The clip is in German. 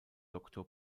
doktor